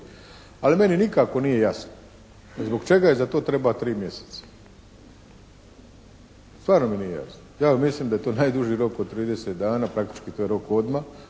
Ali meni nikako nije jasno zbog čega za to treba tri mjeseca, stvarno mi nije jasno. Ja mislim da je to najduži rok od 30 dana, praktički to je rok odmah